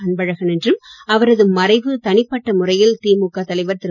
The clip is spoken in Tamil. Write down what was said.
அன்பழகன் என்றும் அவரது மறைவு தனிப்பட்ட முறையில் திமுக தலைவர் திரு